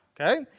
okay